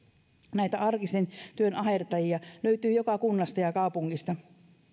näitä arkisen työn ahertajia löytyy joka kunnasta ja ja kaupungista